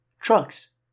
trucks